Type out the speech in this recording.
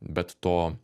bet to